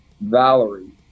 Valerie